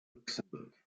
luxembourg